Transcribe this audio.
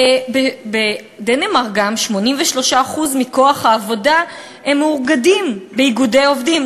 בדנמרק גם 83% מכוח העבודה מאוגדים באיגודי עובדים,